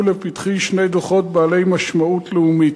לפתחי שני דוחות בעלי משמעות לאומית: